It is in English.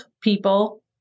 people